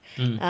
mm